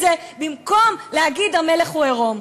במקום להגיד: המלך הוא עירום.